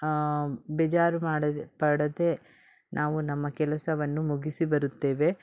ಬೇಜಾರು ಮಾಡದೆ ಪಡದೇ ನಾವು ನಮ್ಮ ಕೆಲಸವನ್ನು ಮುಗಿಸಿ ಬರುತ್ತೇವೆ